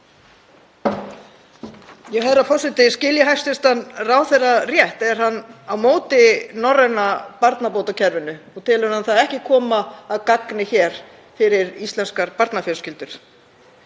Herra forseti. Skil ég hæstv. ráðherra rétt? Er hann á móti norræna barnabótakerfinu og telur hann það ekki koma að gagni hér fyrir íslenskar barnafjölskyldur?